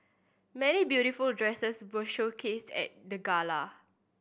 many beautiful dresses were showcased at the gala